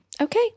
Okay